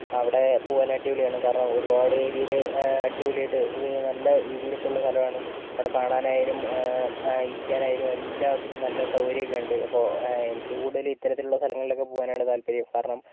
അവിടെ പോവാൻ അടിപൊളിയാണ് കാരണം ഒരുപാട് ഏരിയയിൽ അടിപൊളിയായിട്ട് നല്ല വീതിയിൽ ഒക്കെയുള്ള സ്ഥലമാണ് അവിടെ കാണാൻ ആയാലും ഇരിക്കാനായാലും എല്ലാത്തിനും നല്ല സൗകര്യമൊക്കെയുണ്ട് അപ്പോൾ എനിക്ക് കൂടുതലും ഇത്തരത്തിലുള്ള സ്ഥലങ്ങളിലൊക്കെ പോവാനാണ് താല്പര്യം കാരണം